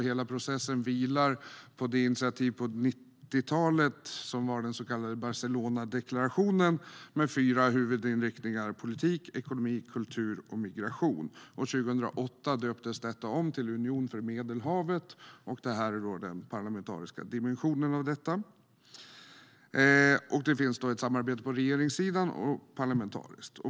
Hela processen vilar på det initiativ från 90-talet som var den så kallade Barcelonadeklarationen med fyra huvudinriktningar: politik, ekonomi, kultur och migration. År 2008 döptes det om till Union för Medelhavet, och detta är den parlamentariska dimensionen av det. Det finns ett samarbete på regeringssidan och parlamentariskt.